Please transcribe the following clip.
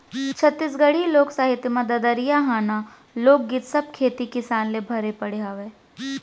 छत्तीसगढ़ी लोक साहित्य म ददरिया, हाना, लोकगीत सब खेती किसानी ले भरे पड़े हावय